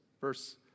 verse